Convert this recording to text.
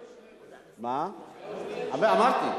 אמרתי,